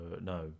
No